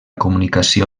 comunicació